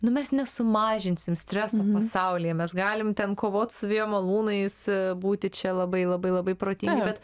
nu mes nesumažinsim streso pasaulyje mes galim ten kovot su vėjo malūnais būti čia labai labai labai protingi bet